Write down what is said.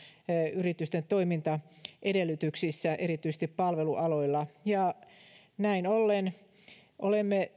yritysten toimintaedellytyksissä erityisesti palvelualoilla näin ollen olemme